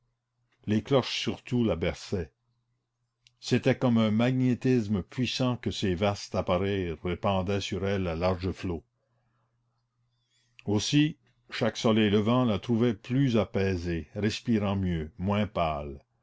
les cloches surtout la berçaient c'était comme un magnétisme puissant que ces vastes appareils répandaient sur elle à larges flots aussi chaque soleil levant la trouvait plus apaisée respirant mieux moins pâle